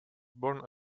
born